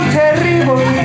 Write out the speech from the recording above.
terrible